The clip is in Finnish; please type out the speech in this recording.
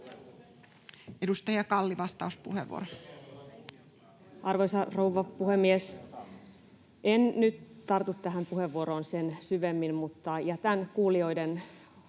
Time: 17:39 Content: Arvoisa rouva puhemies! En nyt tartu tähän puheenvuoroon sen syvemmin, mutta jätän kuulijoiden